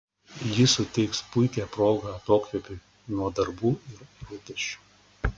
ji suteiks puikią progą atokvėpiui nuo darbų ir rūpesčių